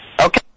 Okay